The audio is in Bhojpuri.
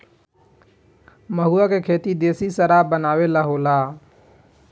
महुवा के खेती देशी शराब बनावे ला होला